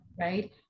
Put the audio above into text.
right